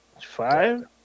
five